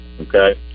Okay